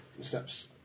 steps